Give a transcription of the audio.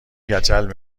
کچل